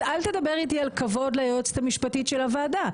אז אל תדבר איתי על כבוד ליועצת המשפטית של הוועדה,